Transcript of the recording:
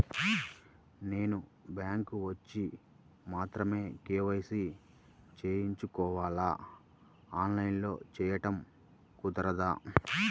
నేను బ్యాంక్ వచ్చి మాత్రమే కే.వై.సి చేయించుకోవాలా? ఆన్లైన్లో చేయటం కుదరదా?